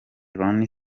ronnie